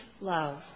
love